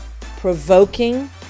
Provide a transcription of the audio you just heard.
provoking